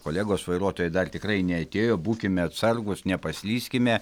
kolegos vairuotojai dar tikrai neatėjo būkime atsargūs nepaslyskime